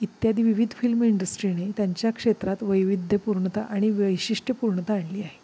इत्यादी विविध फिल्म इंडस्ट्रीने त्यांच्या क्षेत्रात वैविध्यपूर्णता आणि वैशिष्ट्यपूर्णता आणली आहे